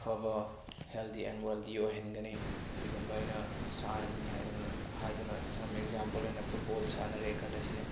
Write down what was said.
ꯑꯐꯕ healthy and wealthy ꯑꯣꯏꯍꯟꯒꯅꯤ ꯀꯔꯤꯒꯨꯝꯕ ꯑꯩꯅ ꯁꯥꯟꯅꯅꯤꯡꯉꯦ ꯍꯥꯏꯗꯅ ꯁꯝ ꯑꯦꯛꯖꯥꯝꯄꯜ ꯑꯣꯏꯅ ꯐꯨꯠꯕꯣꯜ ꯁꯥꯟꯅꯔꯦ ꯈꯜꯂꯁꯤꯅꯦ